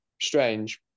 strange